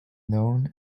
known